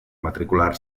matricular